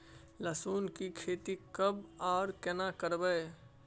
लहसुन की खेती कब आर केना करबै?